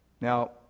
Now